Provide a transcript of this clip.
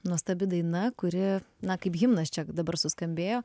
nuostabi daina kuri na kaip himnas čia dabar suskambėjo